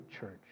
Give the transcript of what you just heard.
church